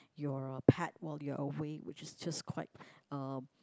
your pet while you are away which is just quite um